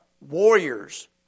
Warriors